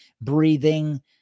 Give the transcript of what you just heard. breathing